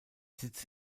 sitz